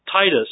Titus